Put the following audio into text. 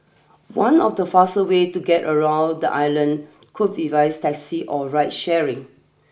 one of the faster way to get around the island could be via taxi or ride sharing